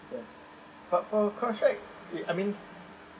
yes but for a course right it I mean